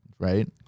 Right